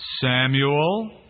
Samuel